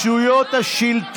מה, מסיבת עיתונאים?